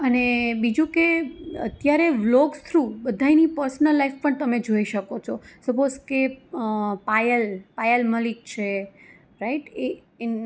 અને બીજું કે અત્યારે વ્લોગ્સ થ્રૂ બધાંયની પર્સનલ લાઈફ પણ તમે જોઈ શકો છો સપોઝ કે પાયલ પાયલ મલિક છે રાઈટ એ એન